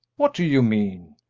what do you mean?